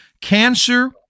cancer